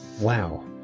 Wow